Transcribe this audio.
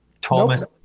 Thomas